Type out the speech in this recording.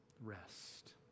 Rest